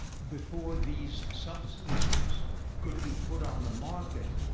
before these substances could be put on the market,